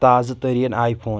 تازٕ تریٖن I phone